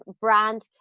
Brand